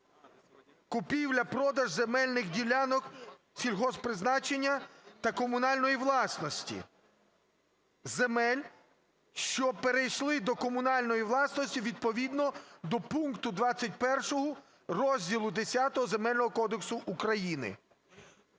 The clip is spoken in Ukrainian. купівля-продаж земельних ділянок сільгосппризначення та комунальної власності земель, що перейшли до комунальної власності, відповідно до пункту 21 Розділу Х Земельного кодексу України...".